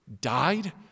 died